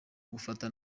gufata